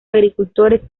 agricultores